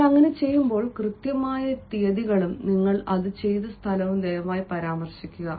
എന്നാൽ അങ്ങനെ ചെയ്യുമ്പോൾ കൃത്യമായ തീയതികളും നിങ്ങൾ അത് ചെയ്ത സ്ഥലവും ദയവായി പരാമർശിക്കുക